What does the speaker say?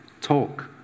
talk